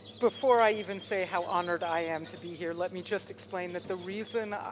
before i even say how honored i am to be here let me just explain that the reason,